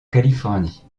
californie